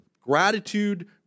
Gratitude